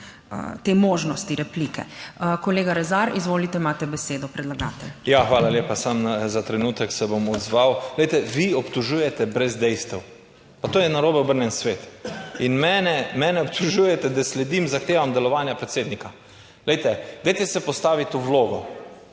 te možnosti replike. Kolega Rezar, izvolite, imate besedo predlagatelj. ALEŠ REZAR (PS Svoboda): Ja, hvala lepa. Samo za trenutek se bom odzval. Glejte vi obtožujete brez dejstev, pa to je narobe obrnjen svet in mene, mene obtožujete, da sledim zahtevam delovanja predsednika. Glejte, dajte se postaviti v vlogo